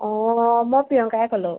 অঁ মই প্ৰিয়ংকাইে ক'লোঁ